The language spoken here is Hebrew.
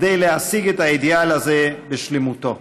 כדי להשיג את האידיאל הזה בשלמותו.